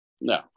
No